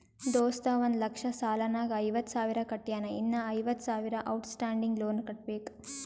ದೋಸ್ತ ಒಂದ್ ಲಕ್ಷ ಸಾಲ ನಾಗ್ ಐವತ್ತ ಸಾವಿರ ಕಟ್ಯಾನ್ ಇನ್ನಾ ಐವತ್ತ ಸಾವಿರ ಔಟ್ ಸ್ಟ್ಯಾಂಡಿಂಗ್ ಲೋನ್ ಕಟ್ಟಬೇಕ್